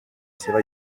seva